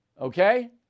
Okay